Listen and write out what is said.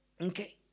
Okay